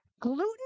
Gluten